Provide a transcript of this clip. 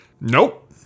Nope